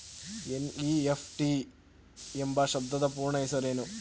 NEFT ಎಂಬ ಶಬ್ದದ ಪೂರ್ಣ ಹೆಸರೇನು?